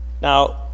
Now